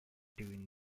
doing